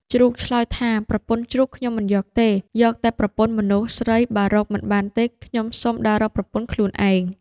ជ្រូកឆ្លើយថា ប្រពន្ធជ្រូក ខ្ញុំមិនយកទេ យកតែប្រពន្ធមនុស្សស្រី បើរកមិនបានទេ ខ្ញុំសុំដើររកប្រពន្ធខ្លួនឯង។